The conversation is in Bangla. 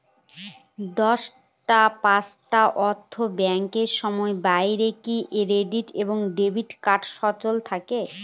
দশটা পাঁচটা অর্থ্যাত ব্যাংকের সময়ের বাইরে কি ক্রেডিট এবং ডেবিট কার্ড সচল থাকে?